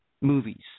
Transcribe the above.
Movies